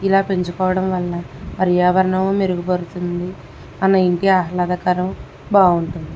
ఇలా పెంచుకోవడం వల్ల పర్యావరణం మెరుగుపడుతుంది మన ఇంటి ఆహ్లాదకరం బాగుంటుంది